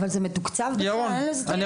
אבל זה מתוקצב בכלל?